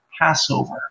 Passover